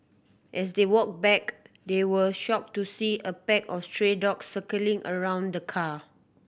as they walked back they were shocked to see a pack of stray dogs circling around the car